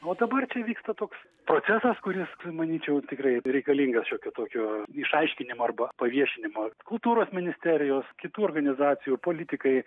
o dabar čia vyksta toks procesas kuris manyčiau tikrai reikalingas šiokio tokio išaiškinimo arba paviešinimo kultūros ministerijos kitų organizacijų politikai